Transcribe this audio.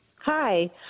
Hi